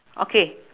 okay